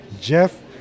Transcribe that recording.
Jeff